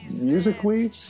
musically